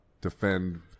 defend